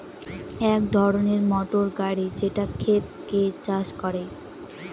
এক ধরনের মোটর গাড়ি যেটা ক্ষেতকে চাষ করে